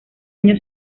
año